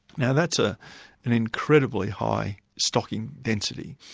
yeah that's ah an incredibly high stocking density,